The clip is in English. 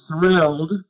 thrilled